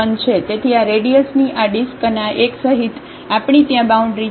તેથી આ રેડીઅસની આ ડિસ્ક અને આ 1 સહિત આપણી ત્યાં બાઉન્ડ્રી છે